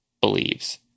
believes